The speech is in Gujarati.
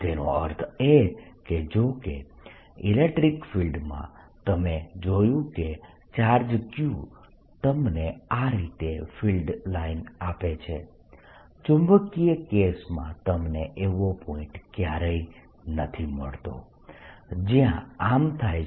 તેનો અર્થ એ કે જો કે ઇલેક્ટ્રીક ફિલ્ડમાં તમે જોયું કે ચાર્જ q તમને આ રીતે ફિલ્ડ લાઇન આપે છે ચુંબકીય કેસમાં તમને એવો પોઇન્ટ ક્યારેય નથી મળતો જ્યાં આમ થાય છે